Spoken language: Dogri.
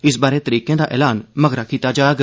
इस बारै तरीखें दा एलान मगरा कीता जाग